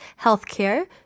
healthcare